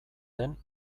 den